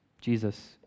Jesus